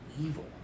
evil